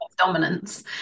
dominance